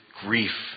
grief